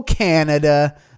Canada